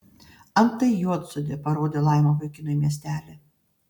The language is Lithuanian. antai juodsodė parodė laima vaikinui miestelį